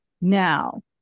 Now